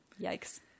Yikes